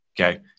Okay